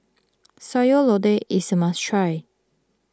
Sayur Lodeh is a must try